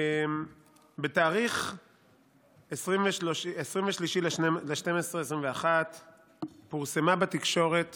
בתאריך 23 בדצמבר 2021 פורסמה בתקשורת